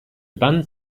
band